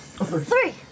Three